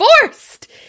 Forced